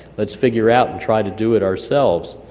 let's figure out and try to do it ourselves.